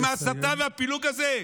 עם ההסתה והפילוג הזה.